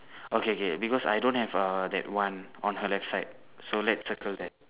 okay K because I don't have err that one on her left side so let's circle that